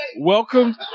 Welcome